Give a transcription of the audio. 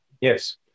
Yes